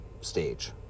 stage